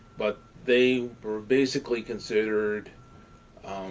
but they were basically considered